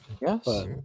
Yes